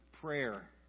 prayer